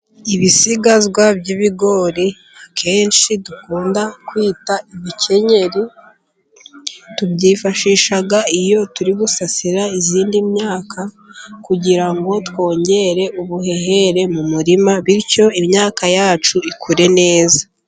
Ibisigazwa by'ibigori akenshi dukunda kwita ibikenyeri tubyifashisha iyo turi gusasira iyindi myaka, kugira ngo twongere ubuhehere mu murima, bityo imyaka yacu ikure neza.